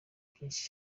byinshi